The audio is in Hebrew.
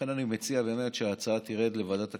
לכן אני מציע שההצעה תרד לוועדת הכספים.